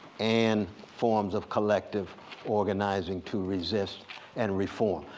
and forms of collective organizing to resist and reform.